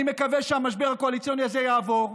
אני מקווה שהמשבר הקואליציוני הזה יעבור.